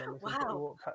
Wow